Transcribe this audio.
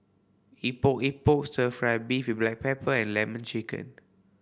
Epok Epok Stir Fry beef with black pepper and Lemon Chicken